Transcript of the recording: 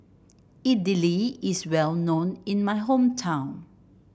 Idili is well known in my hometown